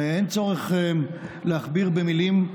אין צורך להכביר מילים,